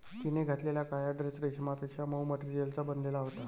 तिने घातलेला काळा ड्रेस रेशमापेक्षा मऊ मटेरियलचा बनलेला होता